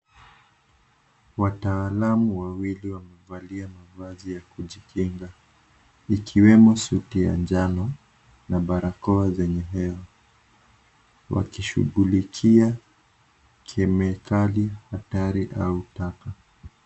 Wataalamu wawili wamevalia mavazi ya kujikinda ikiwemo suti ya njano na barakoa zenye hewa wakishughulikia kemikali hatari au taka.